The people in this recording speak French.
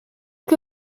que